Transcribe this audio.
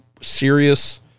serious